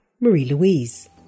Marie-Louise